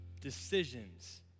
Decisions